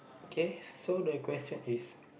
okay so the question is